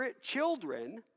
children